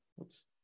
Oops